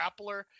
grappler